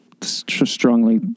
strongly